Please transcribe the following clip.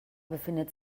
befindet